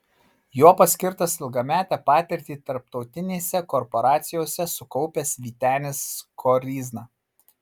juo paskirtas ilgametę patirtį tarptautinėse korporacijose sukaupęs vytenis koryzna